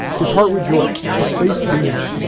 his heart rejoiced, his face beamed.